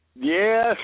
Yes